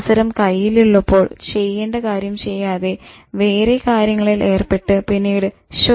അവസരം കയ്യിലുള്ളപ്പോൾ ചെയ്യേണ്ട കാര്യം ചെയ്യാതെ വേറെ കാര്യങ്ങളിൽ ഏർപ്പെട്ട് പിന്നീട് "ശോ